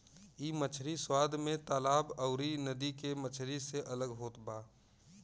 इ मछरी स्वाद में तालाब अउरी नदी के मछरी से अलग होत बा